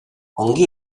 ongi